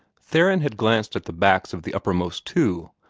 theron had glanced at the backs of the uppermost two,